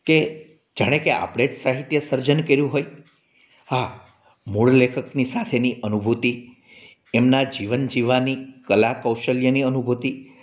કે જાણે કે આપણે જ સાહિત્યસર્જન કર્યુ હોય હા મૂળ લેખકની સાથેની અનુભૂતિ એમના જીવન જીવવાની કલા કૌશલ્યની અનુભૂતિ